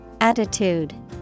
Attitude